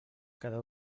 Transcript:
cada